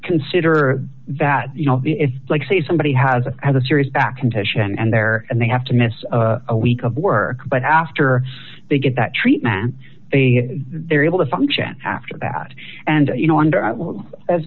consider that you know it's like say somebody has had a serious back condition and they're and they have to miss a week of work but after they get that treatment they're able to function after that and you know wonder i will as